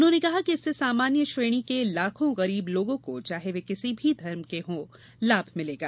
उन्होंने कहा कि इससे सामान्य श्रेणी के लाखों गरीब लोगों को चाहे वे किसी भी धर्म के हों लाभ मिलेगा